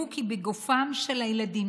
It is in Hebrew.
בגופם של ילדינו